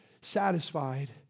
satisfied